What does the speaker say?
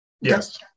Yes